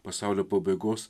pasaulio pabaigos